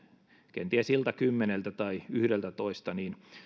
kenties iltakymmeneltä tai yhdeltätoista niin